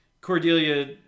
Cordelia